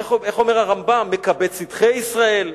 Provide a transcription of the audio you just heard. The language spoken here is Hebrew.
איך אומר הרמב"ם, מקבץ נידחי ישראל.